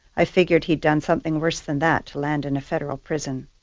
i figured he'd done something worse than that to land in a federal prison.